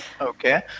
Okay